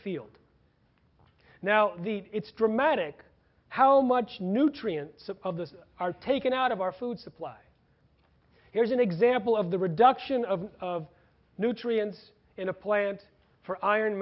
field now it's dramatic how much nutrients of this are taken out of our food supply here's an example of the reduction of of nutrients in a plant for iron